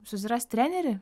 susirast trenerį